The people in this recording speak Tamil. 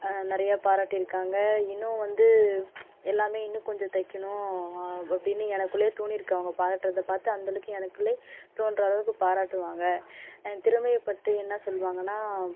நிறைய பாராட்டியிருக்காங்க இன்னும் வந்து எல்லாமே இன்னும் கொஞ்சம் தைக்கணும் அப்படின்னு எனக்குள்ளேயே தோணியிருக்கு அவங்க பாராட்டுறதை பார்த்து அந்த அளவுக்கு எனக்குள்ளேயே தோணுற அளவுக்கு பாராட்டுவாங்க என் திறமையை பற்றி என்ன சொல்லுவாங்கன்னா